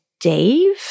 Dave